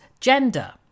gender